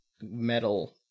metal